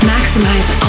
Maximize